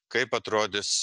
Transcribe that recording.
kaip atrodys